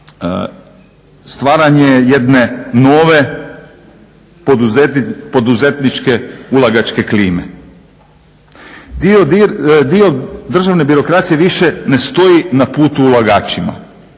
stvaranje jedne nove poduzetničke ulagačke klime. Dio državne birokracije više ne stoji na putu ulagačima,